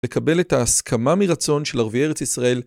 לקבל את ההסכמה מרצון של ערבי ארץ ישראל